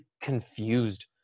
confused